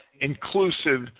inclusive